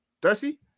Darcy